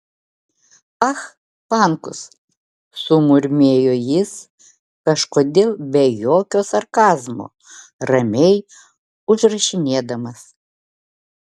ah pankus sumurmėjo jis kažkodėl be jokio sarkazmo ramiai užrašinėdamas